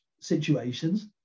situations